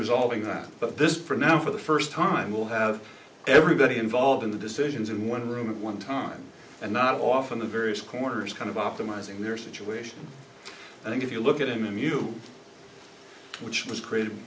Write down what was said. resolving that but this for now for the first time will have everybody involved in the decisions in one room at one time and not off in the various corners kind of optimizing their situation i think if you look at him you know which was created